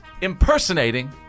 impersonating